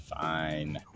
fine